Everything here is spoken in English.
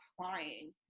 crying